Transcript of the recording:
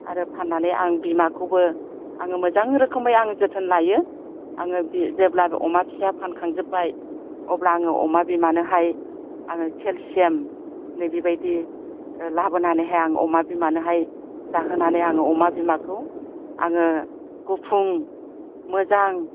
आरो फाननानै आं बिमाखौबो आङो मोजां रोखोमै आङो जोथोन लायो आङो बि जेब्ला अमा फिसाया फानखांजोब्बाय अब्ला आङो अमा बिमानोहाय आङो केलसियाम नैबिबायदि लाबोनायहाय आङो अमा बिमानोहाय जाहोनानै आङो अमा बिमाखौ आङो गुफुं मोजां